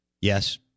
Yes